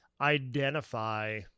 identify